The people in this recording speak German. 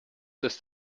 ist